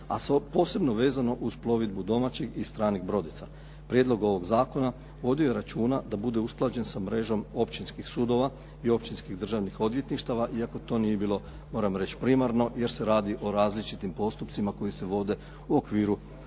A posebno vezano uz plovidbu domaćih i stranih brodica. Prijedlog ovog zakona vodio je računa da bude usklađen sa mrežom općinskih sudova i općinskih državnih odvjetništava, iako to nije bilo, moram reći primarno jer se radi o različitim postupcima koji se vode u okviru